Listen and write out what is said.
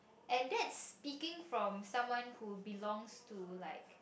and that's speaking from someone who's belongs to like